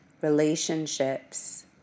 relationships